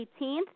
18th